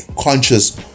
conscious